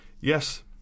Yes